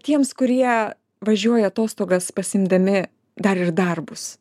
tiems kurie važiuoja atostogas pasiimdami dar ir darbus